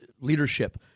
leadership